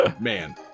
Man